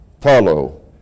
follow